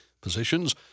positions